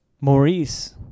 Maurice